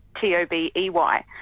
T-O-B-E-Y